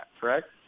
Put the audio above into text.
Correct